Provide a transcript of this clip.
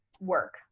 work